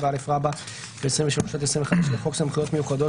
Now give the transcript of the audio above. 7א ו-3 2 עד 25 לחוק סמכויות מיוחדות